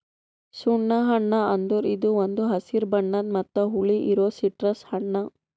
ಸುಣ್ಣ ಹಣ್ಣ ಅಂದುರ್ ಇದು ಒಂದ್ ಹಸಿರು ಬಣ್ಣದ್ ಮತ್ತ ಹುಳಿ ಇರೋ ಸಿಟ್ರಸ್ ಹಣ್ಣ